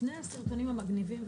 לפני הסרטונים המגניבים,